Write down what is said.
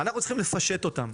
אנחנו צריכים לפשט אותם,